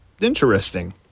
interesting